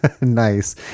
Nice